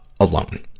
alone